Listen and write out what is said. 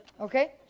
Okay